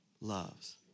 loves